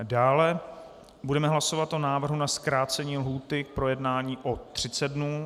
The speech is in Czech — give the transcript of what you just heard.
Dále budeme hlasovat o návrhu na zkrácení lhůty k projednání o 30 dnů.